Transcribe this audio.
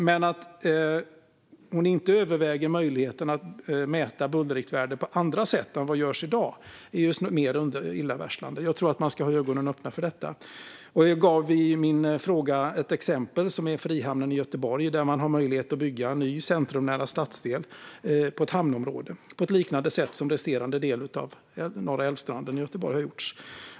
Men att hon inte överväger möjligheten att mäta bullerriktvärden på andra sätt än vad som görs i dag är illavarslande. Jag tror att man ska ha ögonen öppna för detta. Jag tog i min fråga upp ett exempel: Frihamnen i Göteborg. Man har möjlighet att bygga en ny centrumnära stadsdel i ett hamnområde, på ett liknande sätt som har gjorts på andra delar av Norra Älvstranden i Göteborg.